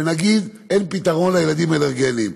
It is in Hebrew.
ונגיד: אין פתרון לילדים אלרגיים.